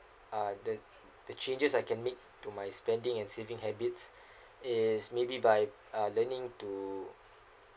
uh then the changes I can make to my spending and saving habits is maybe by uh learning to to